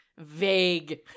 Vague